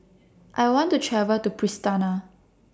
I want to travel to Pristina